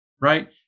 right